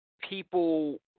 people